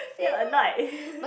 then will annoyed